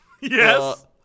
Yes